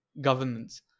governance